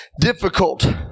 difficult